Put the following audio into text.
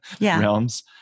realms